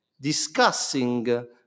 Discussing